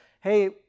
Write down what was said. hey